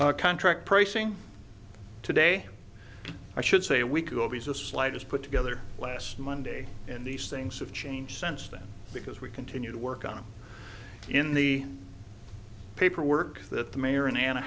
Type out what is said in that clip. contract pricing today i should say we could always a slide is put together last monday and these things have changed since then because we continue to work on in the paperwork that the mayor in an a